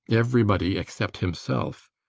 everybody except himself.